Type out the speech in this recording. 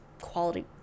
quality